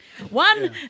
One